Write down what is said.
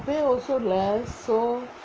pay also less so